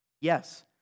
Yes